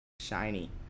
shiny